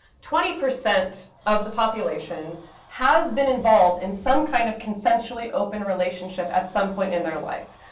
twenty percent of the population has been involved in some kind of consensually open relationship at some point in their life.